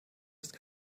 ist